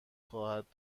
خواهد